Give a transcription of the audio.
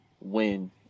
win